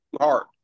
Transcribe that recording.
hard